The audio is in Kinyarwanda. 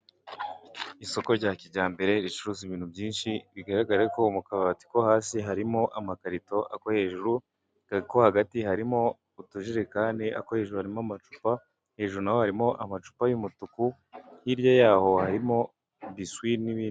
Isoko rya kijyambere ricuruza ibintu byinshi, bigaragara ko mu kabati ko hasi harimo amakarito, ako hejuru, ako hagati harimo utujerekani, ako hejuru harimo amacupa, hejuru na ho harimo amacupa y'umutuku, hirya yaho harimo biswi n'ibindi.